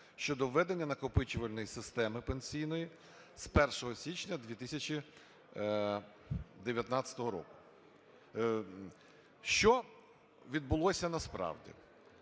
щодо введення накопичувальної системи пенсійної з 1 січня 2019 року. Що відбулося насправді.